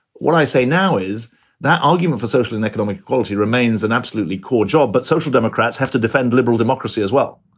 when i say now is that argument for social and economic equality remains an absolutely core job. but social democrats have to defend liberal democracy as well.